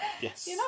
Yes